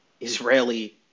Israeli